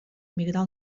migrar